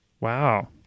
wow